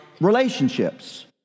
relationships